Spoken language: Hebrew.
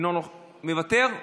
מוותר,